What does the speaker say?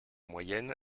moyenne